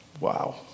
Wow